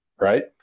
Right